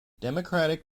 democratic